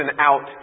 out